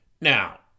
now